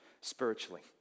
spiritually